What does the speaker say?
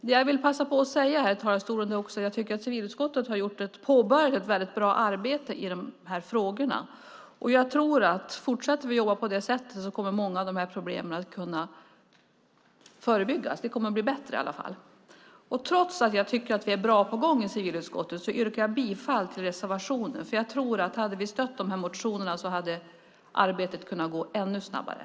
Det jag vill passa på att säga här i talarstolen är att jag tycker att civilutskottet har påbörjat ett väldigt bra arbete i de här frågorna. Fortsätter vi att jobba på det sättet tror jag att många av de här problemen kommer att kunna förebyggas. Det kommer i alla fall att bli bättre. Trots att jag tycker att vi är bra på gång i civilutskottet yrkar jag bifall till reservationen, för jag tror att arbetet hade kunnat gå ännu snabbare om vi hade stött de här motionerna.